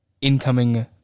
incoming